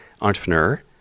entrepreneur